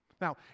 Now